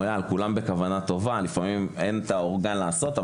הוא היה על כולם בכוונה טובה ולפעמים אין את האורגן לעשות,